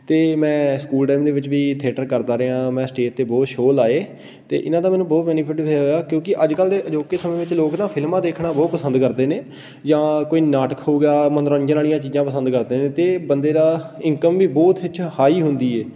ਅਤੇ ਮੈਂ school time ਦੇ ਵਿੱਚ ਵੀ ਥਿਏਟਰ ਕਰਦਾ ਰਿਹਾਂ ਮੈਂ ਸਟੇਜ 'ਤੇ ਬਹੁਤ ਸ਼ੋਅ ਲਗਾਏ ਅਤੇ ਇਹਨਾਂ ਦਾ ਮੈਨੂੰ ਬਹੁਤ ਬੈਨੀਫਿਟ ਹੋਇਆ ਕਿਉਂਕਿ ਅੱਜ ਕੱਲ੍ਹ ਦੇ ਅਜੋਕੇ ਸਮੇਂ ਵਿੱਚ ਲੋਕ ਨਾ ਫਿਲਮਾਂ ਦੇਖਣਾ ਬਹੁਤ ਪਸੰਦ ਕਰਦੇ ਨੇ ਜਾਂ ਕੋਈ ਨਾਟਕ ਹੋ ਗਿਆ ਮਨੋਰੰਜਨ ਵਾਲੀਆਂ ਚੀਜ਼ਾ ਪਸੰਦ ਕਰਦੇ ਨੇ ਅਤੇ ਇਹ ਬੰਦੇ ਦਾ ਇਨਕਮ ਵੀ ਬਹੁਤ ਅੱਛਾ ਹਾਈ ਹੁੰਦੀ ਹੈ